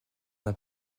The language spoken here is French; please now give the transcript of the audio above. n’a